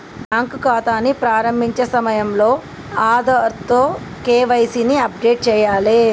bank ఖాతాని ప్రారంభించే సమయంలో ఆధార్తో కేవైసీ ని అప్డేట్ చేయాలే